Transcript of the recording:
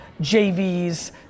JVs